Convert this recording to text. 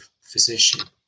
physician